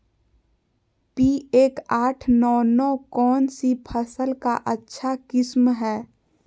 P एक आठ नौ नौ कौन सी फसल का अच्छा किस्म हैं?